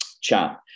chat